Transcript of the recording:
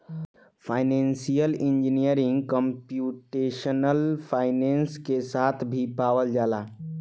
financial engineering computational finance के साखा भी पावल जाला